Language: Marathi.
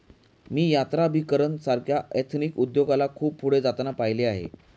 मी यात्राभिकरण सारख्या एथनिक उद्योगाला खूप पुढे जाताना पाहिले आहे